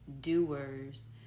doers